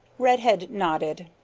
redhead nodded.